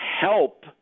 help